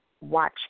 watch